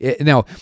Now